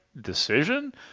decision